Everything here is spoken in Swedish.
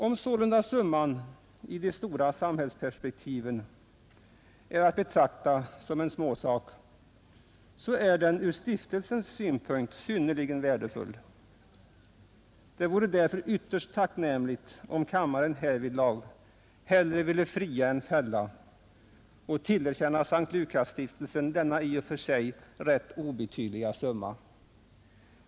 Om sålunda summan i de stora samhällsperspektiven är att betrakta som en småsak, så är den ur stiftelsens synpunkt synnerligen värdefull. Det vore därför ytterst tacknämligt om kammaren härvidlag hellre ville fria än fälla och ville tillerkänna S:t Lukasstiftelsen denna i och för sig rätt obetydliga summa.